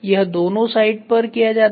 यह दोनों साइड पर किया जाता है